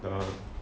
the